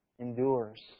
endures